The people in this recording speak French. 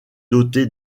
dotée